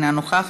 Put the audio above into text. אינה נוכחת,